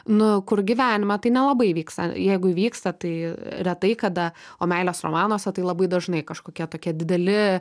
nu kur gyvenime tai nelabai vyksta jeigu įvyksta tai retai kada o meilės romanuose tai labai dažnai kažkokie tokie dideli